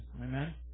Amen